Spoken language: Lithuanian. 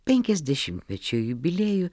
penkiasdešimtmečio jubiliejų